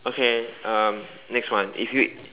okay um next one if you